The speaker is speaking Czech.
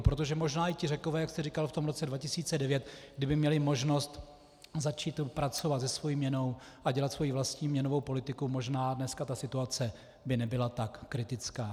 Protože možná i ti Řekové, jak jste říkal, v tom roce 2009, kdyby měli možnost začít pracovat se svou měnou a dělat svoji vlastní měnovou politiku, možná dneska ta situace by nebyla tak kritická.